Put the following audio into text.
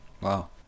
Wow